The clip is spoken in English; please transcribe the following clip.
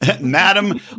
Madam